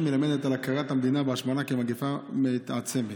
מלמדת על הכרת המדינה בהשמנה כמגפה מתעצמת.